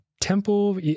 temple